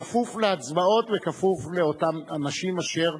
כפוף להצבעות וכפוף לאותם אנשים אשר